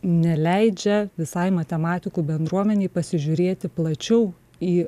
neleidžia visai matematikų bendruomenei pasižiūrėti plačiau į